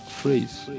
phrase